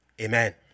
Amen